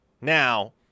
Now